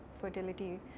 fertility